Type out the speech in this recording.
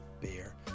Beer